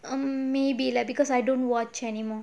maybe lah because I don't watch anymore